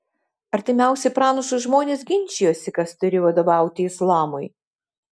artimiausi pranašui žmonės ginčijosi kas turi vadovauti islamui